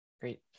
Great